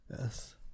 Yes